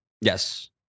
Yes